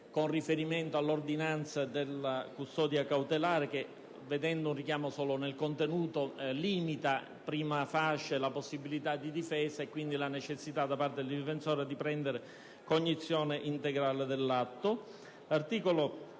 con riferimento all'ordinanza di custodia cautelare che, vedendo un richiamo solo nel contenuto, limita *prima facie* la possibilità di difesa e quindi la necessità da parte del difensore di prendere cognizione integrale dell'atto.